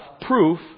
proof